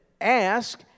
Ask